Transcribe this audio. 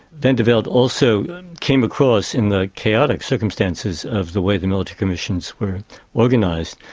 vandeveld also came across, in the chaotic circumstances of the way the military commissions were organised,